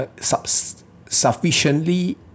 sufficiently